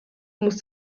muss